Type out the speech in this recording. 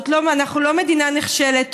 אנחנו לא מדינה נחשלת,